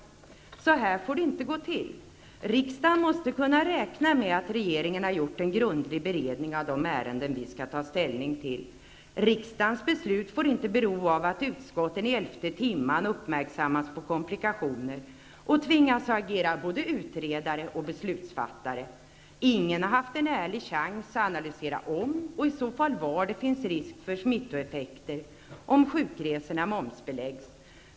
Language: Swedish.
Så här får det inte gå till. Riksdagen måste kunna räkna med att regeringen har gjort en grundlig beredning av de ärenden som vi skall ta ställning till. Riksdagens beslut får inte bero av att utskotten i elfte timmen uppmärksammas på komplikationer och tvingas att agera både utredare och beslutsfattare. Ingen har haft en ärlig chans att analysera om och i så fall var det finns risk för smittoeffekter om sjukresorna momsbeläggs.